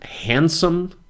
handsome